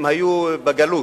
הם היו בגלות.